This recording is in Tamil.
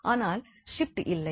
ஆனால் ஷிப்ட் இல்லை